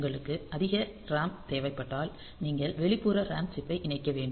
உங்களுக்கு அதிக RAM தேவைப்பட்டால் நீங்கள் வெளிப்புற RAM சிப் பை இணைக்க வேண்டும்